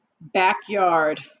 backyard